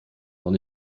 auch